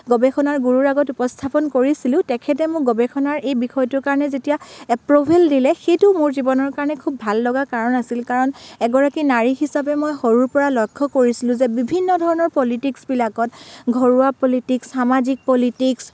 গৱেষণাৰ গুৰুৰ আগত উপস্থাপন কৰিছিলোঁ তেখেতে মোক গৱেষণাৰ এই বিষয়টোৰ কাৰণে যেতিয়া এপ্ৰ'ভেল দিলে সেইটোও মোৰ জীৱনৰ কাৰণে খুব ভাল লগা কাৰণ আছিল কাৰণ এগৰাকী নাৰী হিচাপে মই সৰুৰে পৰা লক্ষ্য কৰিছিলোঁ যে বিভিন্ন ধৰণৰ পলিটিকচবিলাকত ঘৰুৱা পলিটিকচ সামাজিক পলিটিকচ